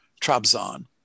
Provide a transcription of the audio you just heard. Trabzon